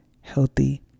healthy